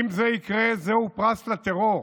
אם זה יקרה זהו פרס לטרור,